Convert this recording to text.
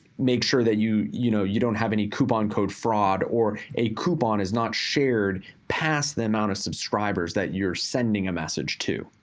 make sure that you, you know, you don't have any coupon code fraud, or a coupon is not shared pass the amount of subscribers that you're sending a message to.